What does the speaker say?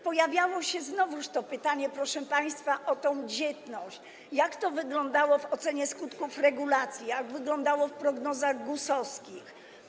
Pojawiało się znowu to pytanie, proszę państwa, o dzietność, jak to wyglądało w ocenie skutków regulacji, jak wyglądało w prognozach GUS-owskich.